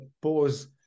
pause